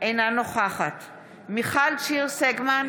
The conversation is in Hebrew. אינה נוכחת מיכל שיר סגמן,